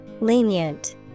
Lenient